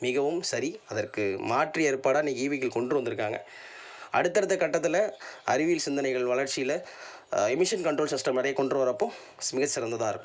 மிகவும் சரி அதற்கு மாற்று ஏற்பாடாக இன்றைக்கி இ வெஹிக்கிள் கொண்டு வந்திருக்காங்க அடுத்தடுத்த கட்டத்தில் அறிவியல் சிந்தனைகள் வளர்ச்சியில எமிஷன் கண்ட்ரோல் சிஸ்டம் நிறைய கொண்டு வரப்போது மிக சிறந்ததாக இருக்கும்